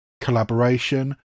collaboration